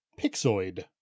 Pixoid